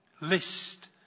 List